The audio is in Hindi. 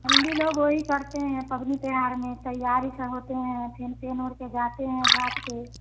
हम भी लोग वह ही करते है सबनी त्यौहार में तैयार ऐसे होते हैं फिन फ्रेंड के घर जाते हैं घाट पर